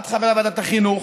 את חברת ועדת החינוך,